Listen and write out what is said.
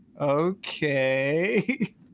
Okay